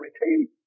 retain